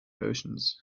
oceans